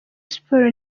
sports